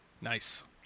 Nice